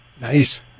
Nice